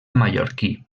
mallorquí